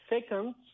second